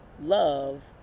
love